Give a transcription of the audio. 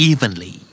Evenly